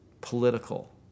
Political